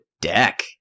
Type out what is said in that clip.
deck